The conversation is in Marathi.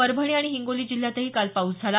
परभणी आणि हिंगोली जिल्ह्यातही काल पाऊस झाला